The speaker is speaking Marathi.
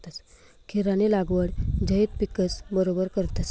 खीरानी लागवड झैद पिकस बरोबर करतस